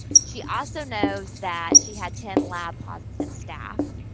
she also knows that she had ten lab positive staff.